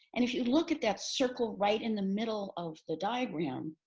and if you look at that circle right in the middle of the diagram,